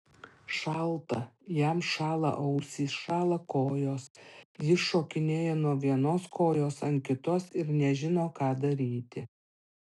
šalta jam šąla ausys šąla kojos jis šokinėja nuo vienos kojos ant kitos ir nežino ką daryti